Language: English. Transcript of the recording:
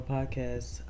Podcast